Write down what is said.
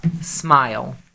Smile